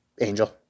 Angel